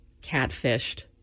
catfished